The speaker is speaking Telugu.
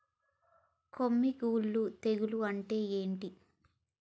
కొమ్మి కుల్లు తెగులు అంటే ఏంది?